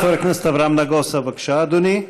חבר הכנסת אברהם נגוסה, בבקשה, אדוני.